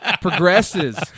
Progresses